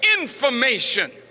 information